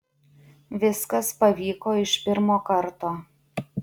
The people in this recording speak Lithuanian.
viskas pavyko iš pirmo karto